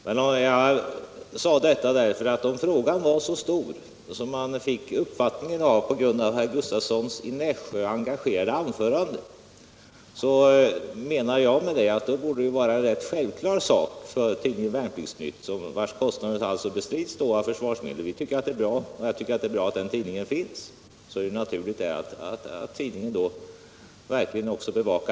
Men jag gjorde mitt uttalande därför att om frågan är så stor som man kan få intryck av genom herr Gustavssons i Nässjö engagerade anförande, så menar jag att det borde vara rätt självklart för tidningen Värnplikts Nytt, vars kostnader bestrids av försvarsmedel, att verkligen bevaka den här sidan. f§ Jag tycker att det är bra att tidningen finns.